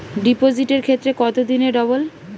ডিপোজিটের ক্ষেত্রে কত দিনে ডবল?